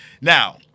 Now